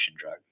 drug